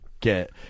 get –